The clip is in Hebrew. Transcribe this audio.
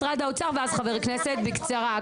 משרד האוצר, ואז חבר כנסת בקצרה.